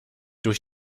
durch